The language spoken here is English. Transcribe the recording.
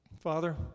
father